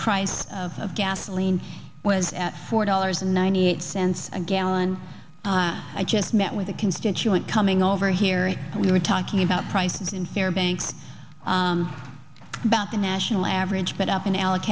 price of gasoline was at four dollars ninety eight cents a gallon i just met with a constituent coming over here and we were talking about prices in fairbanks about the national average but up and ale